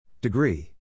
Degree